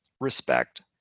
respect